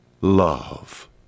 love